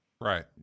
right